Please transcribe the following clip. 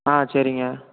ஆ சரிங்க